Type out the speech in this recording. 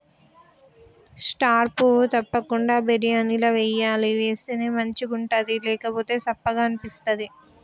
star పువ్వు తప్పకుండ బిర్యానీల వేయాలి వేస్తేనే మంచిగుంటది లేకపోతె సప్పగ అనిపిస్తది